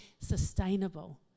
sustainable